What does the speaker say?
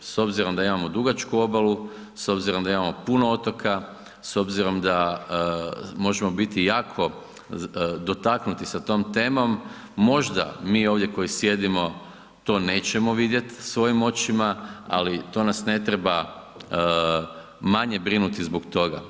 S obzirom da imamo dugačku obalu, s obzirom da imamo puno otoka, s obzirom da možemo biti jako, dotaknuti se tom temom, možda mi ovdje koji sjedimo to nećemo vidjet svojim očima, ali to nas ne treba manje brinuti zbog toga.